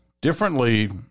differently